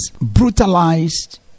brutalized